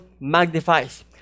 magnifies